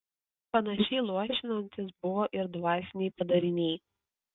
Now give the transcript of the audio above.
panašiai luošinantys buvo ir dvasiniai padariniai